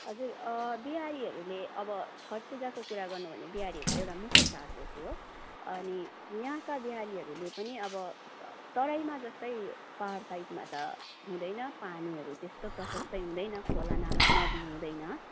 हजुर बिहारीहरूले अब छट पूजाको कुरा गर्नु हो भने बिहारीहरूको एउटा मुख्य चाड हो त्यो अनि यहाँका बिहारीहरूले पनि अब तराईमा जस्तै पाहाड साइडमा त हुँदैन पानीहरू त्यस्तो प्रसस्तै हुँदैन खोला नाला नदी हुँदैन